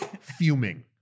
fuming